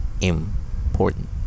important